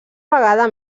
vegada